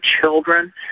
children